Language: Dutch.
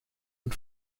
een